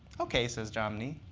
ok, says jomny.